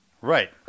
Right